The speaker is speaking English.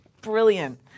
Brilliant